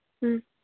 ꯎꯝ